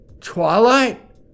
Twilight